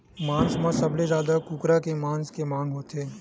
मांस म सबले जादा कुकरा के मांस के मांग होथे